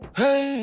hey